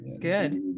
Good